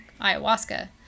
ayahuasca